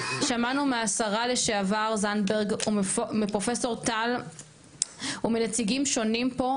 שמענו מהשרה לשעבר זנדברג ומפרופסור טל ומנציגים שונים פה,